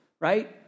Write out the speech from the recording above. right